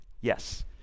Yes